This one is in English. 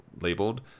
labeled